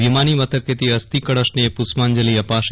વિમાન મથકે અસ્થીકળશને પુષ્પાંજલિ અપાશે